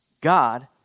God